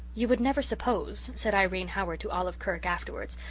you would never suppose, said irene howard to olive kirk afterwards,